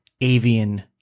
Avian